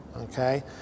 Okay